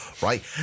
right